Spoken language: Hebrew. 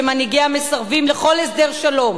שמנהיגיהם מסרבים לכל הסדר שלום